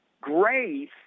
Grace